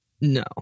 No